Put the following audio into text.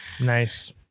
Nice